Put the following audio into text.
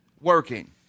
working